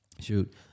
Shoot